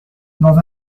dans